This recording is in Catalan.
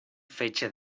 fetge